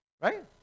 right